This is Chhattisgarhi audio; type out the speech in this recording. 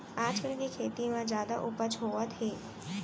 आजकाल के खेती म जादा उपज होवत हे